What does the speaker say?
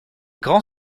grand